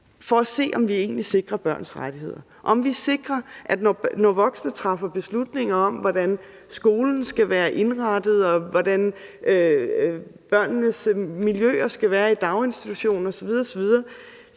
for at se, om vi egentlig sikrer børns rettigheder, om vi sikrer, at når voksne træffer beslutninger om, hvordan skolen skal være indrettet, og om, hvordan børnenes miljøer skal være i daginstitutioner osv.